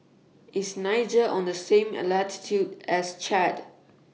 IS Niger on The same latitude as Chad